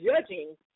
judging